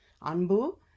anbu